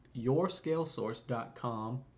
YourScaleSource.com